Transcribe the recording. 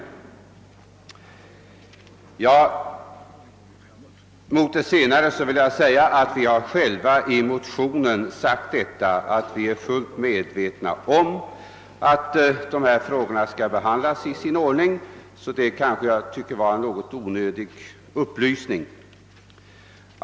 Beträffande det senare har vi själva framhållit i motionen, att vi är fullt medvetna om att frågorna måste behandlas i rätt ordning. Därför tycker jag att det var en något onödig upplysning.